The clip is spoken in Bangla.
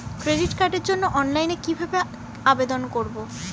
ক্রেডিট কার্ডের জন্য অনলাইনে কিভাবে আবেদন করব?